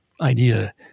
idea